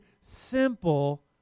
simple